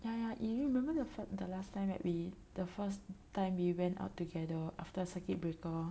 mm eh you remember the last time that we the first time we went out together after the circuit breaker